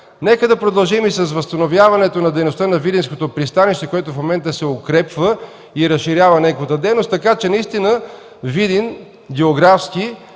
Нека да продължим и с възстановяването на дейността на Видинското пристанище, което в момента се укрепва и разширява неговата дейност, така че Видин, който географски